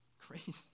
crazy